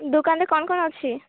ଦୋକାନରେ କ'ଣ କ'ଣ ଅଛି